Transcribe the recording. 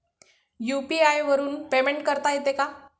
UPI वरून payment करता येते का?